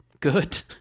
good